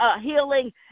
healing